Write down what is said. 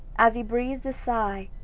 as he breathed a sigh,